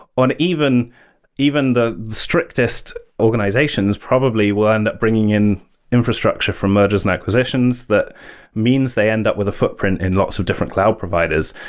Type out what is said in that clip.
even even the strictest organizations probably will end up bringing in infrastructure for mergers and acquisitions. that means they end up with a footprint in lots of different cloud providers.